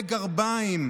לגרביים,